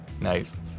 Nice